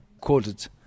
Quoted